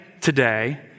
today